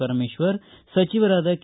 ಪರಮೇಶ್ವರ್ ಸಚಿವರಾದ ಕೆ